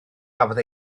gafodd